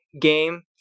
game